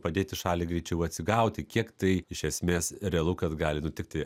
padėti šaliai greičiau atsigauti kiek tai iš esmės realu kad gali nutikti